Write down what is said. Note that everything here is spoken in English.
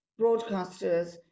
broadcasters